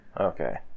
Okay